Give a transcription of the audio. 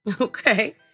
Okay